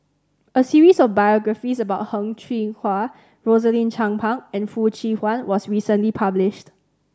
a series of biographies about Heng Cheng Hwa Rosaline Chan Pang and Foo Chee Han was recently published